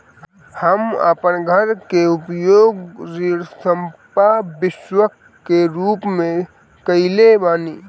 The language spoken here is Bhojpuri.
हम अपन घर के उपयोग ऋण संपार्श्विक के रूप में कईले बानी